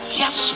yes